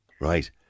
Right